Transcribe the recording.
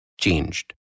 changed